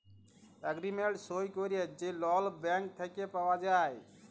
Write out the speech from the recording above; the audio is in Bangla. এগ্রিমেল্ট সই ক্যইরে যে লল ব্যাংক থ্যাইকে পাউয়া যায়